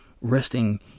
resting